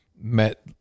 met